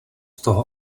toho